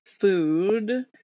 food